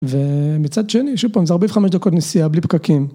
ומצד שני, שיפון, זה ארבעים וחמש דקות נסיעה בלי פקקים